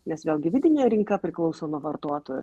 nes vėlgi vidinė rinka priklauso nuo vartotojų